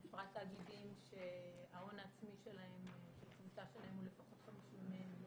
בפרט תאגידים שההון העצמי שלהם או של הקבוצה שלהם הוא לפחות 50 מיליון